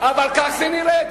אבל כך זה נראה.